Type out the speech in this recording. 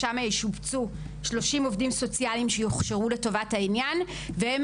שם ישובצו 30 עובדים סוציאליים שיוכשרו לטובת העניין והם